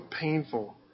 painful